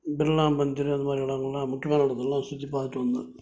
பிர்லா மந்தீர் அந்த மாதிரி இடம்லாம் முக்கியமான இடத்தெல்லாம் சுற்றி பார்த்துட்டு வந்தேன்